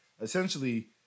essentially